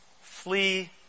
flee